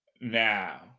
Now